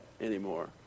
anymore